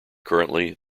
currently